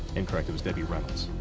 incorrect. it was debbie reynolds,